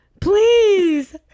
Please